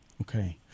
Okay